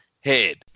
head